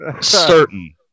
certain